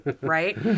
Right